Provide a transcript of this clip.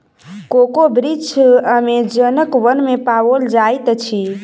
cocoa वृक्ष अमेज़नक वन में पाओल जाइत अछि